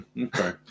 okay